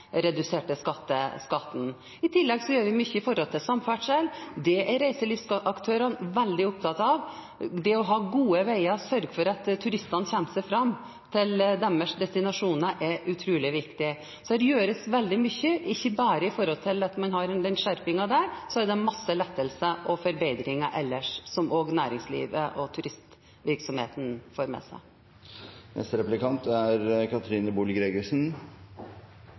skatten. I tillegg gjør vi mye innen samferdsel. Det er reiselivsaktørene veldig opptatt av. Det å ha gode veier, sørge for at turistene kommer seg fram til sine destinasjoner, er utrolig viktig. Så det gjøres veldig mye, og ikke bare i forbindelse med at man har den skjerpingen der. Det er også mange andre lettelser og forbedringer, som også næringslivet og turistvirksomheten får med seg. Høyre er